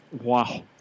wow